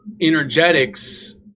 energetics